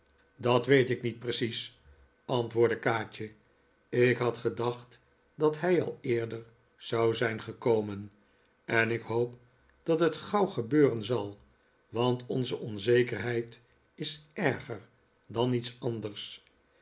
dat weet ik niet precies antwoordde kaatje ik had gedacht dat hij al eerder zou zijn gekomen en ik hoop dat het gauw gebeuren zal want deze onzekerheid is erger dan iets anders